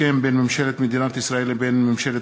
הסכם בין ממשלת מדינת ישראל לבין ממשלת